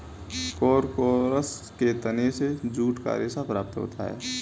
Corchorus के तने से जूट का रेशा प्राप्त होता है